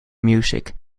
music